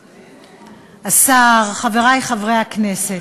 השר, חברי חברי הכנסת,